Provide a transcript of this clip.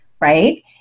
right